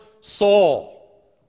Saul